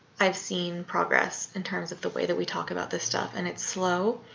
i've seen progress in terms of the way that we talk about this stuff and it's slow.